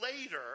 later